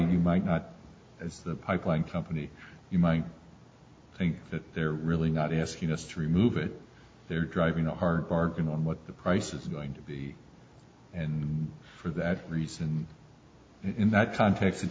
you might not as the pipeline company you might think that they're really not asking us to remove it they're driving a hard bargain on what the prices are going to be and for that reason in that context it